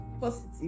positive